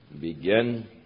begin